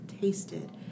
tasted